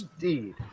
Indeed